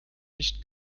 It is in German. nicht